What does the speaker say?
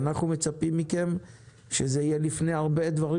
אנחנו מצפים מכם שזה יהיה לפני הרבה דברים